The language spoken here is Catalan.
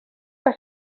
que